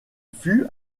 fut